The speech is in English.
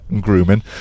grooming